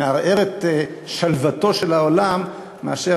מערער את שלוותו של העולם יותר מאשר